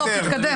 תתקדם.